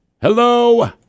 Hello